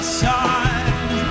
side